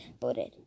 voted